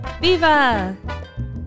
Viva